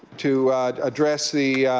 to address the